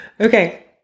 Okay